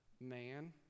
man